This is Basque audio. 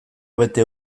bete